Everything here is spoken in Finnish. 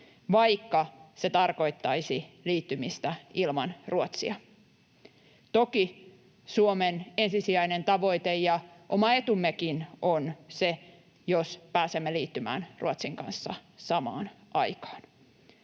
vaikka se tarkoittaisi liittymistä ilman Ruotsia. Toki Suomen ensisijainen tavoite ja oma etummekin on se, jos pääsemme liittymään Ruotsin kanssa samaan aikaan.